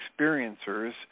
experiencers